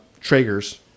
Traegers